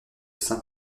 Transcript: saint